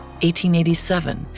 1887